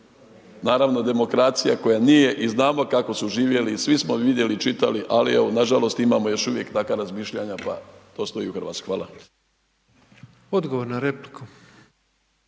naravno demokracija koja nije i znamo kako su živjeli i svi smo vidjeli i čitali, ali evo nažalost imamo još uvijek takva razmišljanja pa postoji i u Hrvatskoj. Hvala. **Petrov, Božo